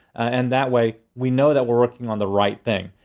and that way, we know that we're working on the right thing.